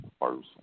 person